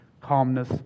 calmness